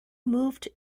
moved